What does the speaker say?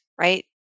right